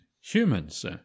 humans